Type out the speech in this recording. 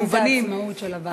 מגדיל את העצמאות של הוועדה.